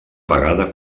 vegada